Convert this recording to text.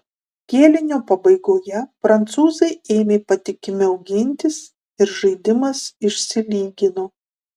kėlinio pabaigoje prancūzai ėmė patikimiau gintis ir žaidimas išsilygino